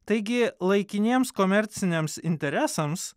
taigi laikiniems komerciniams interesams